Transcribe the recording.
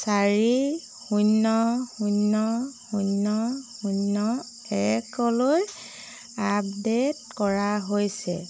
চাৰি শূন্য শূন্য শূন্য শূন্য একলৈ আপডে'ট কৰা হৈছে